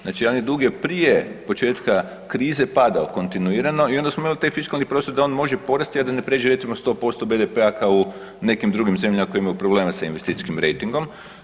Znači, javni dug je prije početka krize padao kontinuirano i onda smo imali taj fiskalni prostor da on može porasti a da ne pređe recimo 150% BDP-a kao u nekim drugim zemljama koje imaju probleme sa investicijskim rejtingom.